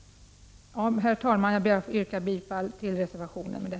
Herr talman! Jag ber att få yrka bifall till reservationen.